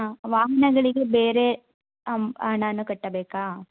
ಹಾಂ ವಾಹನಗಳಿಗೆ ಬೇರೆ ನಾನು ಕಟ್ಟಬೇಕಾ